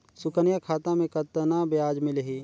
सुकन्या खाता मे कतना ब्याज मिलही?